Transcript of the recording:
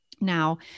Now